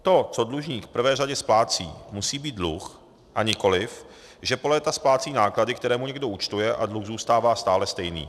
To, co dlužník v prvé řadě splácí, musí být dluh, a nikoliv že po léta splácí náklady, které mu někdo účtuje, a dluh zůstává stále stejný.